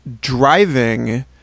driving